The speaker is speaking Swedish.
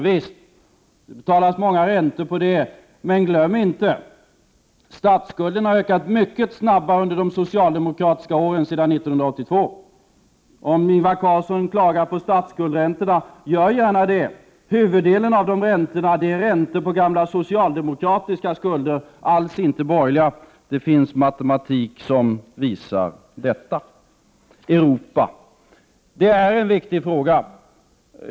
Det betalas många räntor på den. Men glöm inte att statsskulden har ökat mycket snabbare under de socialdemokratiska åren sedan 1982. Ingvar Carlsson, klaga gärna på statsskuldräntorna. Huvuddelen av dessa räntor är räntor på gamla socialdemokratiska skulder — alls inte borgerliga. Det finns matematik som visar detta. Europa är en viktig fråga.